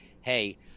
hey